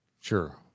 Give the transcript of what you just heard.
Sure